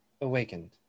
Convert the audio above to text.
awakened